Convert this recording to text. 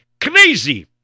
crazy